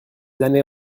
années